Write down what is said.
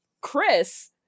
Chris